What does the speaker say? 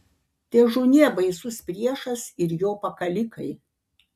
težūnie baisus priešas ir jo pakalikai